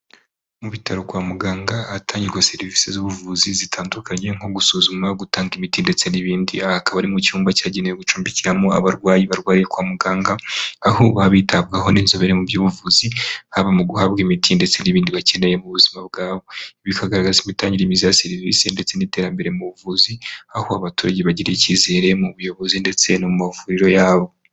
Mu bitaro kwa muganga hatangirwa serivisi z'ubuvuzi zitandukanye , nko gusuzuma, gutanga imiti , ndetse n'ibindi ,aha hakaba ari mu cyumba cyagenewe gucumbikiramo abarwayi barwariye kwa muganga, aho babitabwaho n'inzobere mu by'ubuvuzi haba mu guhabwa imiti ndetse n'ibindi bakeneye mu buzima bwabo. Bikagaragaza imitangire myiza ya serivisi ndetse n'iterambere mu buvuzi aho abaturage bagirira icyizere mu buyobozi ndetse no mu mavuriro yabo .